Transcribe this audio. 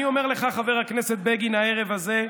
אני אומר לך, חבר הכנסת בגין, הערב הזה,